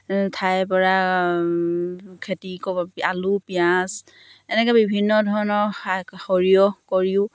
ঠাইৰ পৰা খেতি ক আলু পিঁয়াজ এনেকৈ বিভিন্ন ধৰণৰ শাক সৰিয়হ কৰিও